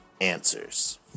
answers